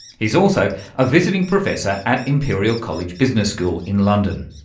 he's also a visiting professor at imperial college business school in london.